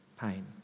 pain